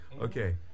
Okay